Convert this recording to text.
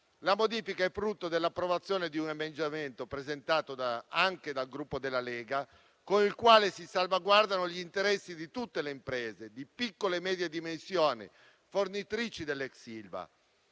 La modifica è frutto dell'approvazione di un emendamento presentato anche dal Gruppo Lega, con il quale si salvaguardano gli interessi di tutte le imprese di piccole e medie dimensioni fornitrici dell'ex Ilva.